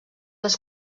les